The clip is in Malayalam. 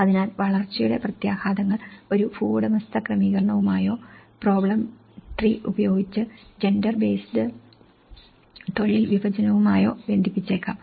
അതിനാൽ വരൾച്ചയുടെ പ്രത്യാഘാതങ്ങൾ ഒരു ഭൂവുടമസ്ഥത ക്രമീകരണവുമായോ പ്രോബ്ലം ട്രീ ഉപയോഗിച്ച് ജൻഡർ ബേസ്ഡ് തൊഴിൽ വിഭജനവുമായോ ബന്ധിപ്പിച്ചേക്കാം